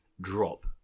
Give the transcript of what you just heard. drop